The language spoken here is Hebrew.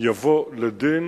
יבוא לדין